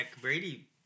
Brady